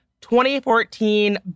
2014